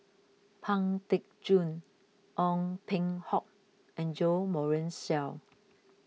Pang Teck Joon Ong Peng Hock and Jo Marion Seow